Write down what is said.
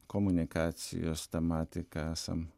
komunikacijos tematika esam